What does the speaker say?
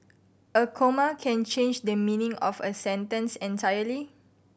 a comma can change the meaning of a sentence entirely